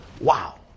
Wow